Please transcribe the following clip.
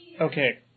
Okay